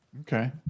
okay